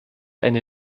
eine